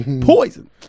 Poison